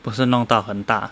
不是弄到很大